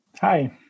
Hi